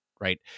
Right